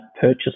purchase